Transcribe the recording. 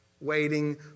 Waiting